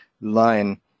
line